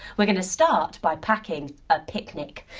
we're going to start by packing a picnic.